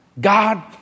God